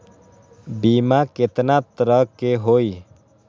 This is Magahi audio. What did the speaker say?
बीमा केतना तरह के होइ?